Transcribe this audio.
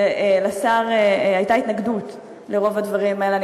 ולשר הייתה התנגדות לרוב הדברים האלה.